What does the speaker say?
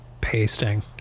pasting